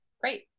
Great